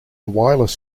wireless